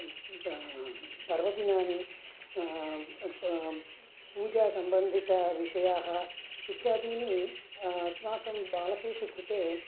पर्वदिनानि पूजासम्बन्धितविषयाः इत्यादीनि अस्माकं बालकेषु कृते